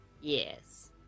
Yes